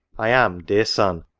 i am, dear son,